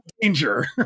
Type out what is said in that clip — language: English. danger